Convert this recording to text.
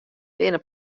binne